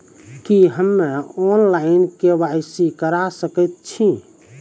की हम्मे online, KYC करा सकैत छी?